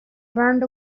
burned